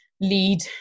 lead